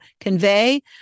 convey